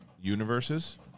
universes